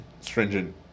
stringent